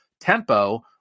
tempo